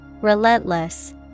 Relentless